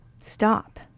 stop